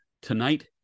tonight